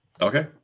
Okay